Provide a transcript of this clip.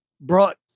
brought